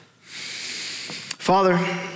Father